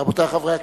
רבותי חברי הכנסת,